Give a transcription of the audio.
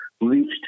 reached